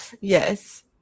yes